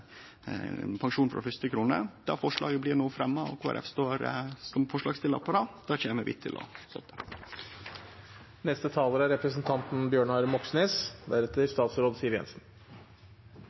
pensjon frå første krone. Det forslaget blir no fremja, og Kristeleg Folkeparti står som forslagsstillar på det. Det kjem vi til å støtte. Kravet vi i dag diskuterer, er